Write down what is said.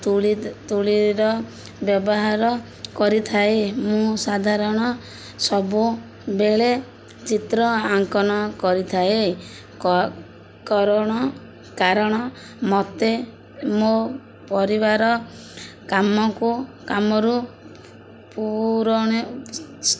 ତୂଳି ତୂଳିର ବ୍ୟବହାର କରିଥାଏ ମୁଁ ସାଧାରଣ ସବୁବେଳେ ଚିତ୍ର ଆଙ୍କନ କରିଥାଏ କ କରଣ କାରଣ ମୋତେ ମୋ ପରିବାର କାମକୁ କାମରୁ ପୂରଣ